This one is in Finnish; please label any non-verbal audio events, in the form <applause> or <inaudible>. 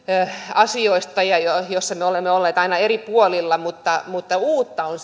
asioista joissa me olemme olleet aina eri puolilla mutta mutta uutta on <unintelligible>